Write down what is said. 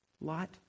Light